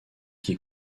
qui